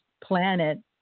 planet